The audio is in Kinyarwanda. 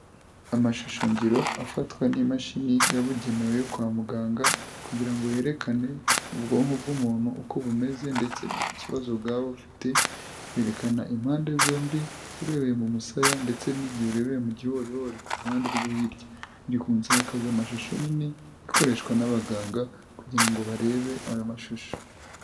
Amashushongiro afatwa n'imashini yabugenewe yo kwa muganga, kugira ngo yerekane ubwonko bw'umuntu uko bumeze ndetse n'ikibazo bwaba bufite, berekana impande zombi, urebeye mu musaya ndetse n'igihe urebeye gihorihori ku ruhande rwo hirya. Biri ku nsakazamashusho nini ikoreshwa n'abaganga kugira ngo barebe ayo mashusho.